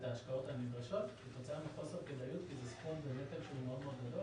ההשקעות הנדרשות כתוצאה מחוסר כדאיות וזה נטל שהוא מאוד מאוד גבוה.